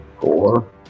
Four